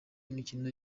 imikino